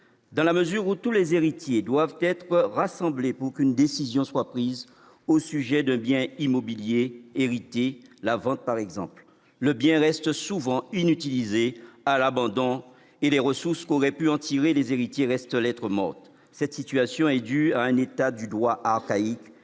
dans la mesure où tous les héritiers doivent être rassemblés pour qu'une décision soit prise au sujet d'un bien immobilier hérité- la vente, par exemple -, le bien reste souvent inutilisé, à l'abandon, et les ressources qu'auraient pu en tirer les héritiers restent lettre morte. Cette situation est due à un état du droit archaïque